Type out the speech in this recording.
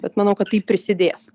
bet manau kad tai prisidės